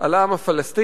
על העם הפלסטיני